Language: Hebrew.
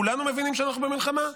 כולנו מבינים שאנחנו במלחמה,